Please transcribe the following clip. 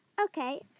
Okay